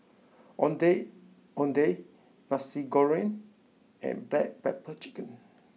Ondeh Ondeh Nasi Goreng and Black Pepper Chicken